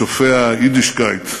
שופע יידישקייט,